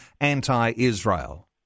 anti-Israel